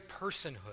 personhood